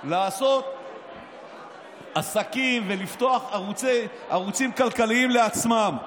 לעשות עסקים ולפתוח ערוצים כלכליים לעצמם,